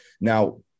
Now